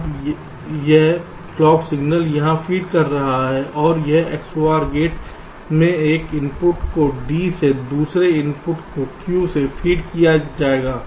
अब यह clock signal यहाँ फीड कर रहा है और इस XOR गेट में एक इनपुट को D से दूसरे इनपुट को Q से फीड किया गया है